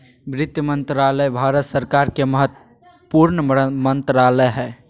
वित्त मंत्रालय भारत सरकार के महत्वपूर्ण मंत्रालय हइ